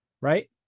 Right